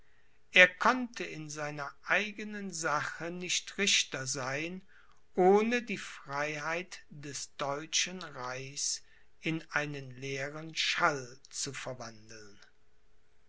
er konnte in seiner eigenen sache nicht richter sein ohne die freiheit des deutschen reichs in einen leeren schall zu verwandeln